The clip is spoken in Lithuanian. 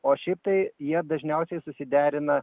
o šiaip tai jie dažniausiai susiderina